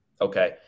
okay